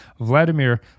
Vladimir